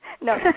No